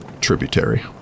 tributary